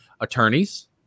Attorneys